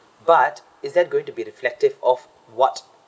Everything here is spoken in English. but is that going to be reflective of what